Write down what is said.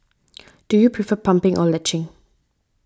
do you prefer pumping or latching